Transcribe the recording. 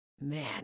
Man